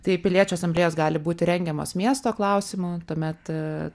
tai piliečių asamblėjos gali būti rengiamos miesto klausimu tuomet